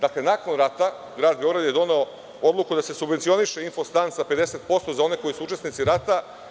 Dakle, nakon rata grad Beograd je doneo odluku da se subvencioniše infostan sa 50% za one koji su učesnici rata.